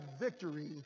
victory